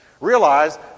realize